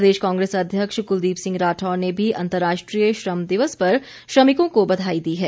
प्रदेश कांग्रेस अध्यक्ष कुलदीप सिंह राठौर ने भी अंतर्राष्ट्रीय श्रम दिवस पर श्रमिकों को बधाई दी है